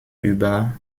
über